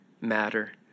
matter